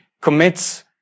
commits